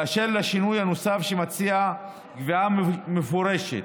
באשר לשינוי הנוסף שמציע קביעה מפורשת